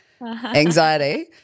anxiety